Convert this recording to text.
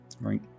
Right